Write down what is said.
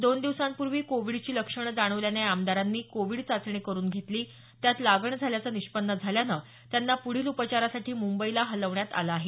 दोन दिवसांपूर्वी कोविडची लक्षणं जाणवल्याने या आमदारांनी कोविड चाचणी करून घेतली त्यात लागण झाल्याचं निष्पन्न झाल्यानं त्यांना पुढील उपचारासाठी मुंबईला हलवण्यात आल आहे